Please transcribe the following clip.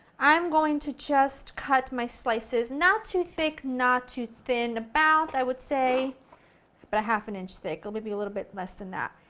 i'm going to just cut my slices, not too thick, not too thin, about, i would say about but a half an inch thick or maybe a little bit less than that.